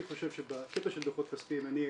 אני חושב שבקטע של הדוחות הכספיים אני הכתובת.